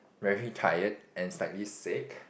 very tired and slightly sick